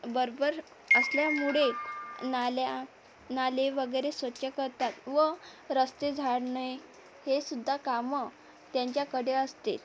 बरोबर असल्यामुळे नाल्या नाले वगैरे स्वच्छ करतात व रस्ते झाडणे हे सुद्धा कामं त्यांच्याकडे असते